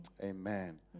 Amen